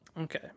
Okay